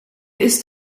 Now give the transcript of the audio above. ist